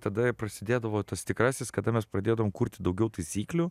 tada prasidėdavo tas tikrasis kada mes pradėdavom kurti daugiau taisyklių